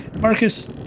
Marcus